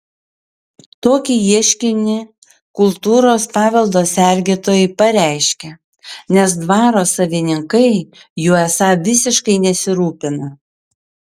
tokį ieškinį kultūros paveldo sergėtojai pareiškė nes dvaro savininkai juo esą visiškai nesirūpina